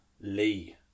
Lee